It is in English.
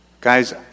Guys